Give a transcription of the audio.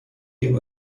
عیب